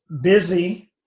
busy